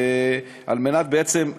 על מנת שבעצם,